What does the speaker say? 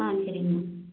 ஆ சரிங்க மேம்